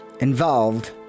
involved